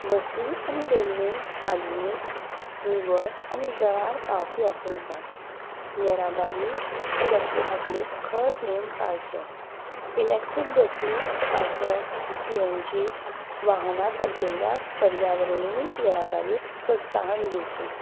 बसी आनी रेल्वे आधुनीक निवळ आनी वेळार पावपी आसूंक जाय येरादारी सुरक्षे खातीर खर नेम पाळचे इलॅक्ट्रीक बसी सायकल सी एन जी वाहन सारकिल्ल्या पर्यावरणी येरादारीक प्रोत्साहन दिवचें